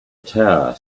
tower